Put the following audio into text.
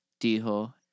dijo